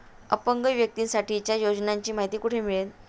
अपंग व्यक्तीसाठीच्या योजनांची माहिती कुठे मिळेल?